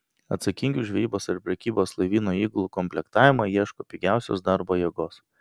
atsakingi už žvejybos ar prekybos laivyno įgulų komplektavimą ieško pigiausios darbo jėgos